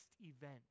event